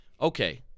Okay